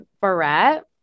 barrette